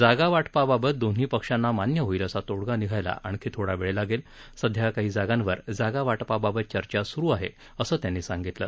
जागावाटपाबाबत दोन्ही पक्षांना मान्य होईल असा तोडगा निघायला आणखी थोडा वेळ लागेल सध्या काही जागांवर जागावाटपाबाबत चर्चा सुरू आहे असं त्यांनी सांगितलं